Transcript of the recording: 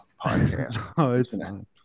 podcast